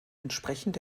entsprechend